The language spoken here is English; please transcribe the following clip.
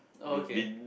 oh okay